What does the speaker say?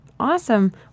Awesome